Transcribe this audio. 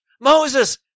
Moses